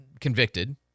convicted